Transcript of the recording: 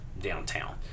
downtown